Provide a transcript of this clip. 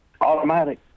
Automatic